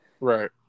Right